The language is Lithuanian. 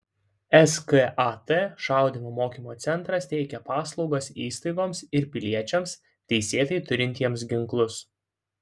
skat šaudymo mokymo centras teikia paslaugas įstaigoms ir piliečiams teisėtai turintiems ginklus